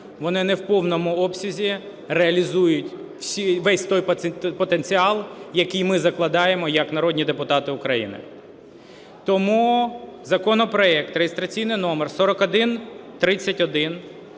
вони не в повному обсязі реалізують увесь той потенціал, який ми закладаємо як народні депутати України. Тому законопроект реєстраційний номер 4131